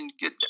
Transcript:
get